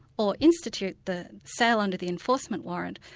or institute the sale under the enforcement warrant,